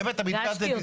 באמת המתווה הזה נזנח.